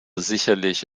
sicherlich